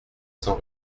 sans